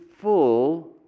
full